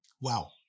Wow